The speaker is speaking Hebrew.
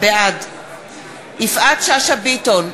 בעד יפעת שאשא ביטון,